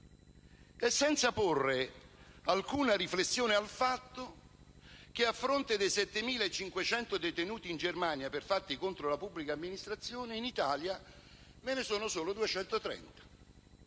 senza porre alcuna riflessione sul fatto che, a fronte dei 7.500 detenuti in Germania per fatti contro la pubblica amministrazione, in Italia ve ne sono solo 230.